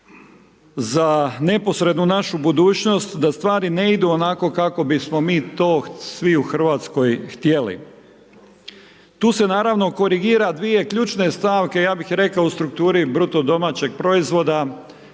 za neposrednu našu budućnost da stvari ne idu onako kako bismo mi to svi u RH htjeli. Tu se naravno korigira dvije ključne stavke, ja bih rekao u strukturi BDP-a gdje se govori